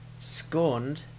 scorned